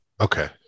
Okay